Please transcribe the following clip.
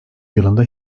yılında